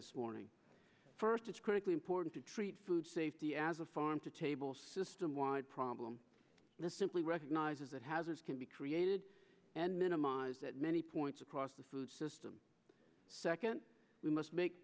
this morning first it's critically important to treat food safety as a farm to table system wide problem and this simply recognizes that hasn't can be created and minimize that many points across the food system second we must make